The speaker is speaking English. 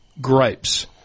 grapes